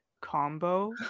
combo